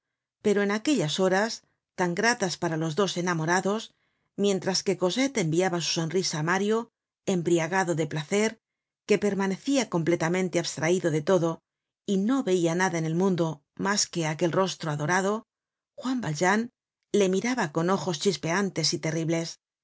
pero en aquellas horas tan gratas para los dos enamorados mientras que cosette enviaba su sonrisa á mario embriagado de placer que permanecia completamente abstraido de todo y no veia nada en el mundo mas que aquel rostro adorado juan valjean le miraba con ojos chispeantes y terribles